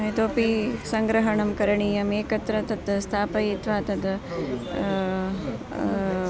इतोपि सङ्ग्रहणं करणीयम् एकत्र तत् स्थापयित्वा तत्